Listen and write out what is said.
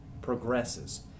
progresses